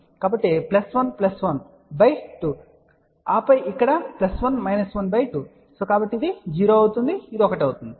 కాబట్టి plus 1 plus 1 2 ఆపై ఇక్కడ ప్లస్ 1 మైనస్ 1 2 తద్వారా ఇది 0 అవుతుంది ఇది 1 అవుతుంది